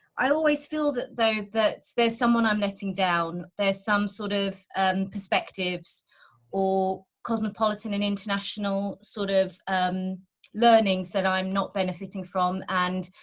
i always feel that, though, that there's someone i'm letting down. there's some sort of perspectives or cosmopolitan and international sort of learnings that i'm not benefiting from. and,